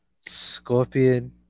Scorpion